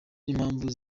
n’impamvu